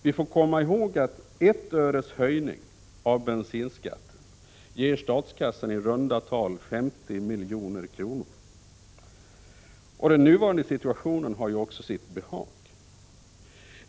Vi får komma ihåg att en höjning av bensinskatten med 1 öre ger statskassan i runda tal 50 milj.kr. Den nuvarande situationen har också sitt behag.